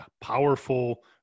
powerful